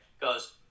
goes